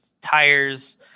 tires